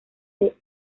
del